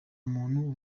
makuru